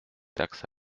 taxes